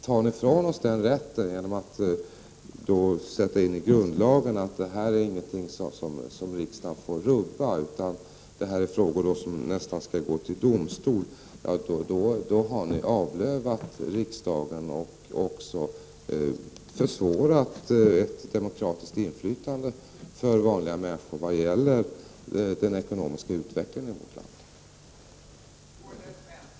Skrivs det då in i grundlagen att det rör sig om någonting som riksdagen inte får rubba, så att det blir frågor som nästan kräver att man går till domstol, ja då har ni avlövat riksdagen och också försvårat ett demokratiskt inflytande för vanliga människor när det gäller den ekonomiska utvecklingen i vårt land.